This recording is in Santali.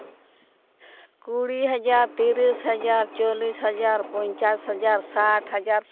ᱠᱩᱲᱤ ᱦᱟᱡᱟᱨ ᱛᱤᱨᱤᱥ ᱦᱟᱡᱟᱨ ᱪᱚᱞᱞᱤᱥ ᱦᱟᱡᱟᱨ ᱯᱚᱧᱪᱟᱥ ᱦᱟᱡᱟᱨ ᱥᱟᱴ ᱦᱟᱡᱟᱨ